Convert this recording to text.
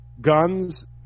guns